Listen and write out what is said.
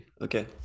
Okay